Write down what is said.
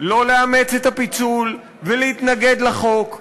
לא לאמץ את הפיצול ולהתנגד לחוק,